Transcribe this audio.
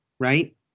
Right